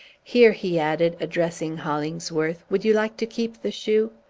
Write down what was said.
here, he added, addressing hollingsworth, would you like to keep the shoe?